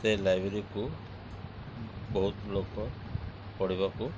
ସେ ଲାଇବ୍ରେରୀକୁ ବହୁତ ଲୋକ ପଢ଼ିବାକୁ